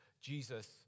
Jesus